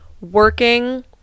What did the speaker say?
working